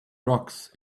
rocks